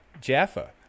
jaffa